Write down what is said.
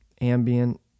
ambient